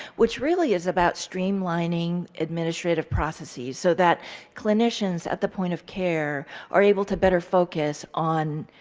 which really is about streamlining administrative processes so that clinicians at the point of care are able to better focus on